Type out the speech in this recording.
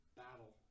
battle